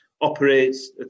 operates